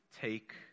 take